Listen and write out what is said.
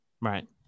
Right